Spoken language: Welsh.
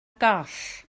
goll